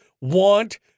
want